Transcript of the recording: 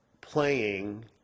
playing